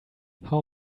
how